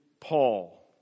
Paul